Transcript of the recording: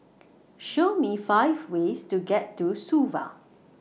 Show Me five ways to get to Suva